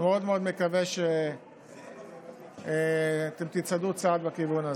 אני מאוד מאוד מקווה שאתם תצעדו צעד בכיוון הזה.